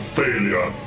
failure